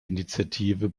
initiative